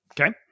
Okay